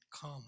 come